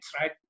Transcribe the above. right